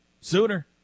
Sooner